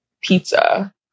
pizza